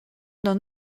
d’un